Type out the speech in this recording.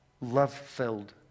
love-filled